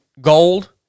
gold